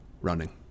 Running